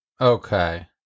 okay